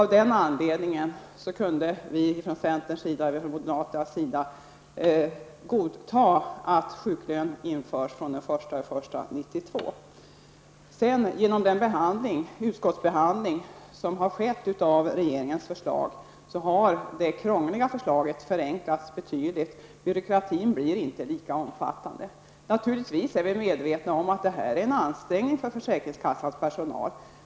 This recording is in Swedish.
Av den anledningen kunde vi från centern och moderaterna godta att sjuklön införs från den 1 Efter den utskottsbehandling som skett av regeringens förslag har det krångliga förslaget förenklats betydligt. Byråkratin blir inte lika omfattande. Vi är naturligtvis medvetna om att detta innebär en ansträngning för försäkringskassans personal.